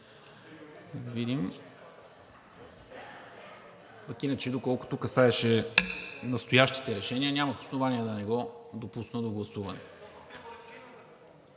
видим. А иначе, доколкото касаеше настоящите решения, нямах основание да не го допусна до гласуване.